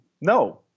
no